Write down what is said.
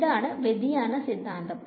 ഇതാണ് വ്യതിയാന സിദ്ധാന്തം